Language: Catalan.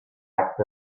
acta